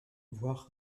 voire